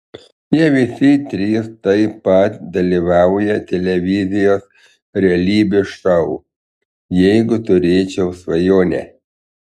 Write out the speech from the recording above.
jie visi trys taip pat dalyvauja televizijos realybės šou jeigu turėčiau svajonę